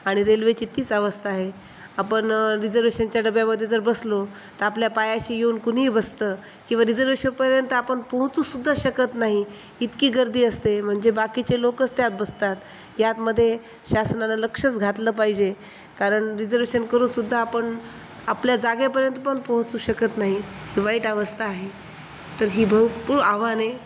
आणि रेल्वेची तिच अवस्था आहे आपण रिजर्वेशनच्या डब्यामध्ये जर बसलो तर आपल्या पायाशी येऊन कुणीही बसतं किंवा रिजर्वेशनपर्यंत आपण पोहचूसुद्धा शकत नाही इतकी गर्दी असते म्हणजे बाकीचे लोकंच त्यात बसतात यातमध्ये शासनानं लक्षच घातलं पाहिजे कारण रिजर्वेशन करूसुद्धा आपण आपल्या जागेपर्यंत पण पोहचू शकत नाही ही वाईट अवस्था आहे तर ही भरपूर आव्हने